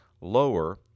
lower